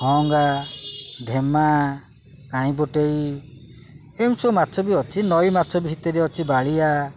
ଖଅଙ୍ଗା ଢେମା ପାଣିପଟେଇ ଏମିତି ସବୁ ମାଛ ବି ଅଛି ନଈ ମାଛ ବି ଭିତରେ ଅଛି ବାଳିଆ